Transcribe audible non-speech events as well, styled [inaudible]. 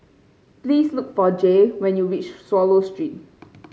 please look for Jaye when you reach Swallow Street [noise]